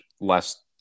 less –